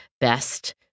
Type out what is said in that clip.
Best